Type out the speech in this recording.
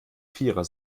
vierer